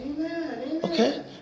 Okay